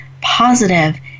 positive